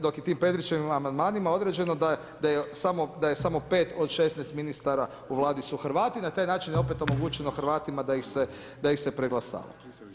Dok je tim Petrićevim amandmanima određeno da je samo 5 od 16 ministara u Vladi su Hrvati, na taj način je opet omogućeno Hrvatima da ih se preglasava.